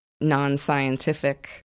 non-scientific